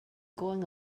going